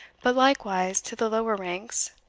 but likewise to the lower ranks,